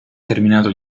terminato